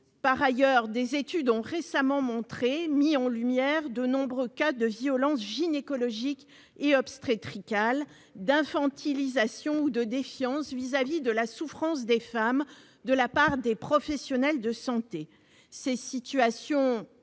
Par ailleurs, des études récentes ont mis en lumière de nombreux cas de violences gynécologiques et obstétricales, d'infantilisation ou de défiance à l'égard de la souffrance des femmes de la part de professionnels de santé. Ces situations